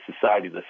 society